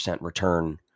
return